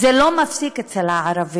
זה לא מפסיק אצל הערבים,